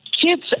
Kids